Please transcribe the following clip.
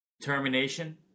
determination